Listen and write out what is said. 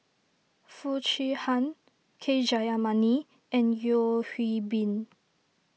Foo Chee Han K Jayamani and Yeo Hwee Bin